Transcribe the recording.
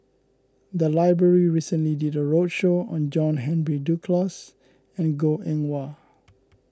the library recently did a roadshow on John Henry Duclos and Goh Eng Wah